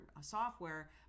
software